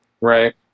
Right